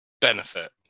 Benefit